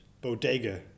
Bodega